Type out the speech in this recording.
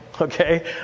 Okay